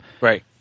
Right